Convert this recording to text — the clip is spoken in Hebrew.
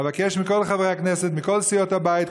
אבקש מכל חברי הכנסת מכל סיעות הבית,